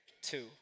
two